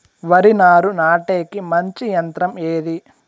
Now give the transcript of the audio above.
వరి నారు నాటేకి మంచి యంత్రం ఏది?